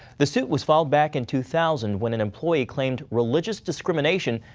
the suit was filed back in two thousand when an employee claimed religious discrimination,